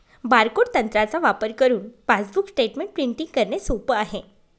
barcode तंत्राचा वापर करुन पासबुक स्टेटमेंट प्रिंटिंग करणे सोप आहे